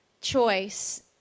choice